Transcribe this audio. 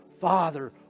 father